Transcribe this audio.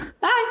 Bye